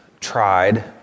tried